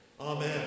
Amen